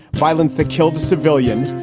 violence that killed civilians.